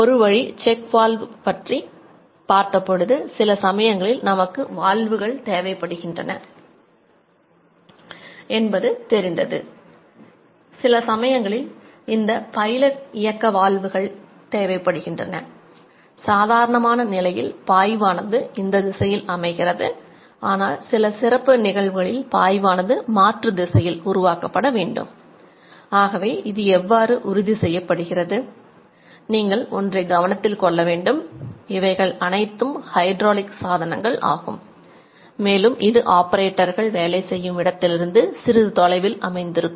ஒரு வழி check valve வேலை செய்யும் இடத்தில் இருந்து சிறிது தொலைவில் அமைந்திருக்கும்